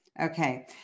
Okay